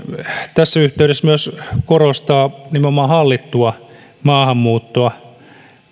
tässä yhteydessä myös korostaa nimenomaan hallittua maahanmuuttoa